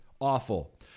awful